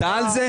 אתה על זה?